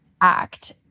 act